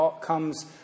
comes